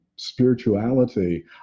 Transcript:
spirituality